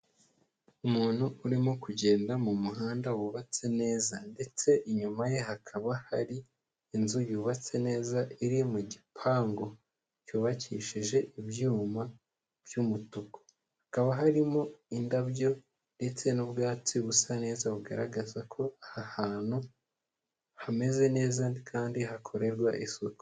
Umuntu urimo kugenda mu muhanda wubatse neza ndetse inyuma ye hakaba hari inzu yubatse neza iri mu gipangu cyubakishije ibyuma by'umutuku, hakaba harimo indabyo ndetse n'ubwatsi busa neza bugaragaza ko aha hantu hameze neza kandi hakorerwa isuku.